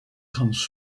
comes